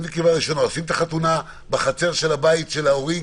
אם זה קרבה ראשונה עושים את החתונה בחצר של הבית של ההורים.